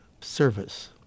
service